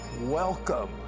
Welcome